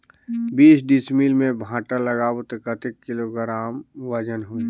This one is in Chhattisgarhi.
बीस डिसमिल मे भांटा लगाबो ता कतेक किलोग्राम वजन होही?